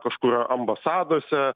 kažkur ambasadose